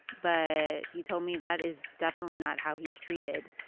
but he told me that is definitely not how he's treated.